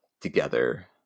together